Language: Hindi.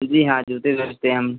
जी हाँ जूते बेचते हम